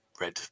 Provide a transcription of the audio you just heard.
Red